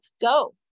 go